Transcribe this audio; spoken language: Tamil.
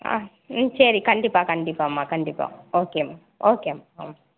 ஆ ம் சரி கண்டிப்பாக கண்டிப்பாகம்மா கண்டிப்பாக ஓகேம்மா ஓகேம்மா ம்